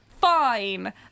fine